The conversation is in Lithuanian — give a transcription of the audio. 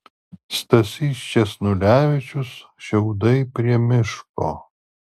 stasys sčesnulevičius šiaudai prie miško